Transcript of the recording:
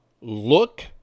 look